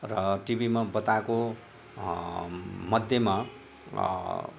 र टिभीमा बताएको मध्येमा